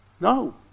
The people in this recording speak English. No